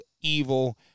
Evil